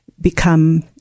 become